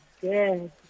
good